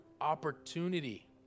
Opportunity